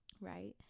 Right